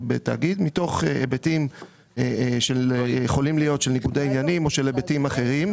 מתוך היבטים שיכולים להיות של ניגודי עניינים או של היבטים אחרים.